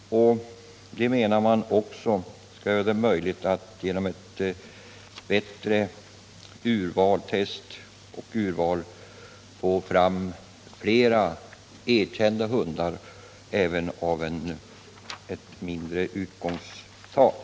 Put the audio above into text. Det är också meningen att det skall bli möjligt att genom ett bättre urval få fram flera godkända hundar även vid ett lägre utgångsantal.